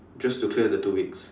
just to clear the two weeks